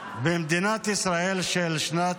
במדינת ישראל של שנת